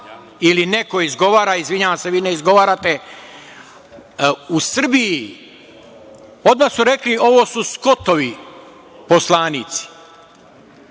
ili neko izgovara, izvinjavam se, vi ne izgovarate, u Srbiji odmah su rekli ovo su - Skotovi poslanici.